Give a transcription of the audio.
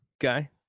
guy